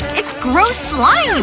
it's gross slime! ooof!